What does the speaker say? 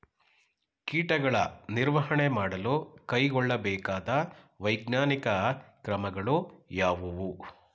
ಕೀಟಗಳ ನಿರ್ವಹಣೆ ಮಾಡಲು ಕೈಗೊಳ್ಳಬೇಕಾದ ವೈಜ್ಞಾನಿಕ ಕ್ರಮಗಳು ಯಾವುವು?